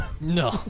No